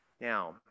Now